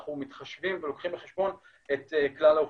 אנחנו מתחשבים ולוקחים בחשבון את כלל האוכלוסיות.